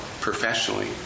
professionally